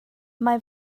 mae